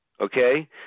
okay